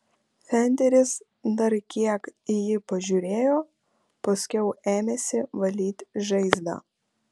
fenderis dar kiek į jį pažiūrėjo paskiau ėmėsi valyti žaizdą